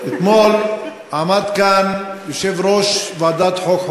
אתמול עמד כאן יושב-ראש ועדת החוקה,